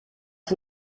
dir